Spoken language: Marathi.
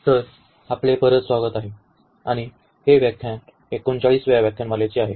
तर आपले परत स्वागत आहे आणि हे व्याख्यान 39 व्या व्याख्यानमालेचे आहे